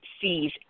sees